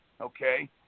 Okay